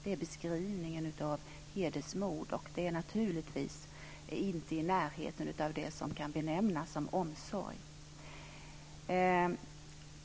Det är beskrivningen av hedersmord, och det är naturligtvis inte i närheten av det som kan benämnas omsorg.